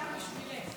נשארנו בשבילך.